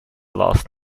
last